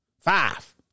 Five